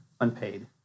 unpaid